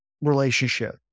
relationship